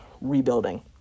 rebuilding